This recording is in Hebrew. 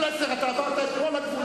חבר הכנסת פלסנר, אתה עברת את כל הגבולות.